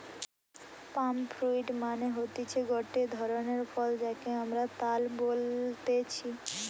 পাম fruit মানে হতিছে গটে ধরণের ফল যাকে আমরা তাল বলতেছি